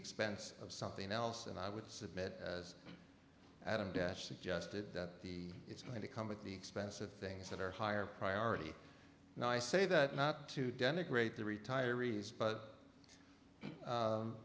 expense of something else and i would submit as adam dash suggested that the it's going to come at the expense of things that are higher priority and i say that not to denigrate the retirees but